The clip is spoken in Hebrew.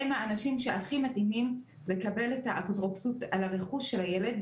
הם האנשים שהכי מתאימים לקבל את האפוטרופסות על הרכוש של הילד,